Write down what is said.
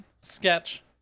sketch